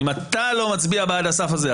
לא מצביע בעד הסף הזה,